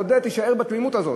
תודֶה, תישאר בתמימות הזאת.